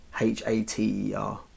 H-A-T-E-R